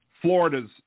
Florida's